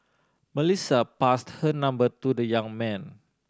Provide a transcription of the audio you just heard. Melissa passed her number to the young man